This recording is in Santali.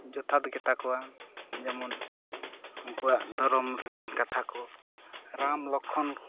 ᱡᱚᱛᱷᱟᱛ ᱜᱮᱛᱟ ᱠᱚᱣᱟ ᱡᱮᱢᱚᱱ ᱩᱱᱠᱩᱣᱟᱜ ᱫᱷᱚᱨᱚᱢ ᱨᱮᱱ ᱠᱟᱛᱷᱟ ᱠᱚ ᱨᱟᱢ ᱞᱚᱠᱠᱷᱚᱱ